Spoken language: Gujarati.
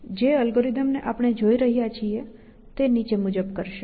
જે અલ્ગોરિધમ ને આપણે જોઈ રહ્યા છીએ તે નીચે મુજબ કરશે